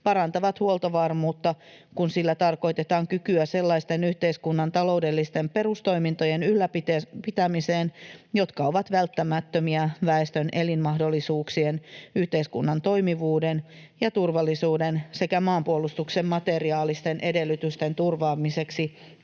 parantavat huoltovarmuutta, kun sillä tarkoitetaan kykyä sellaisten yhteiskunnan taloudellisten perustoimintojen ylläpitämiseen, jotka ovat välttämättömiä väestön elinmahdollisuuksien, yhteiskunnan toimivuuden ja turvallisuuden sekä maanpuolustuksen materiaalisten edellytysten turvaamiseksi